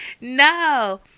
no